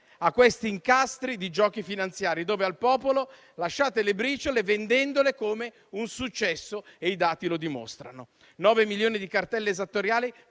a questi incastri di giochi finanziari, dove al popolo lasciate le briciole, vendendole come un successo e i dati lo dimostrano: nove milioni di cartelle esattoriali